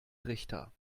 richter